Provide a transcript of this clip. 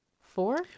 four